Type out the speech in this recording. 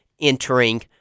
entering